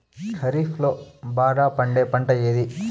ఖరీఫ్ లో బాగా పండే పంట ఏది?